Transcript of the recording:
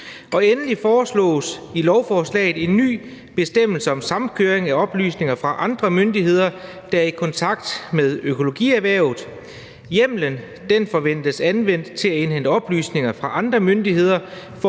Endelig foreslås i lovforslaget en ny bestemmelse om samkøring af oplysninger fra andre myndigheder, der er i kontakt med økologierhvervet. Hjemmelen forventes anvendt til at indhente oplysninger fra andre myndigheder